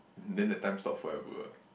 then the time stop forever